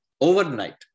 overnight